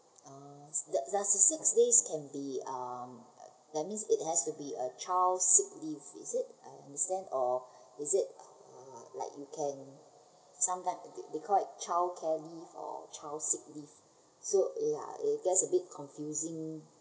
ah does does this six days can be um that means it has to be uh child sick leave is it I understand or is it uh like you can sometime we called it childcare leave or child sick leave so ya it gets a bit confusing